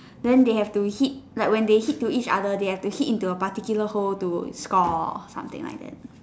then they have to hit like when they hit to each other they have to hit into a particular hole to score something like that